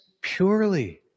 purely